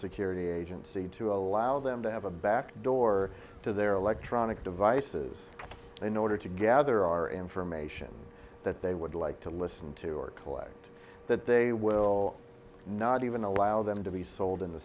security agency to allow them to have a backdoor to their electronic devices in order to gather our information that they would like to listen to or collect that they will not even allow them to be sold in the